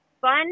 fun